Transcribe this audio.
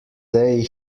day